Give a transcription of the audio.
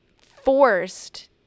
forced